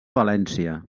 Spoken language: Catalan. valència